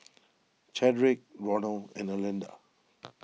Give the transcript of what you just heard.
Chadrick Ronal and Erlinda